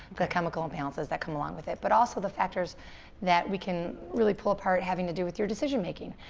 the chemical imbalance that come along with it but also the factors that we can really pull apart having to do with your decision making.